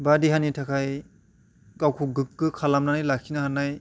बा देहानि थाखाय गावखौ गोग्गो खालामनानै लाखिनो हानाय